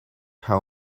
how